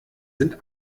sind